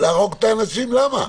להרוג את האנשים למה?